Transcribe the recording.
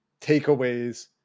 takeaways